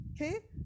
okay